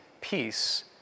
peace